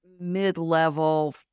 mid-level